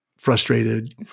frustrated